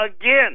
again